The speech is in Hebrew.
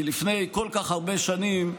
כי לפני כל כך הרבה שנים,